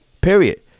Period